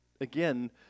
again